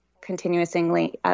continuously